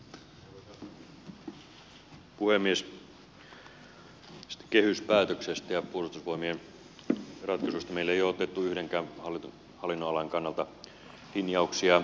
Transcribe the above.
tästä kehyspäätöksestä ja puolustusvoimien ratkaisusta meillä ei ole otettu yhdenkään hallinnonalan kannalta linjauksia